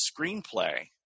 screenplay